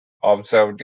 observed